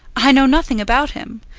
i know nothing about him.